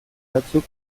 batzuk